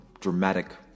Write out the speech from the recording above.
dramatic